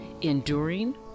Enduring